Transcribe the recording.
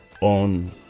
on